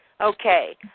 Okay